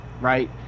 right